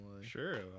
Sure